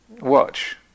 Watch